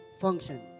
function